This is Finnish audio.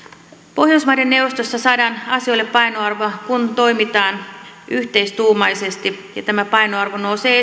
pohjoismaiden neuvostossa saadaan asioille painoarvo kun toimitaan yhteistuumaisesti ja tämä painoarvo nousee